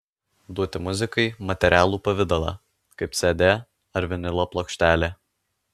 duoti muzikai materialų pavidalą kaip cd ar vinilo plokštelė